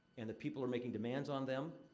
and the people are making demands on them.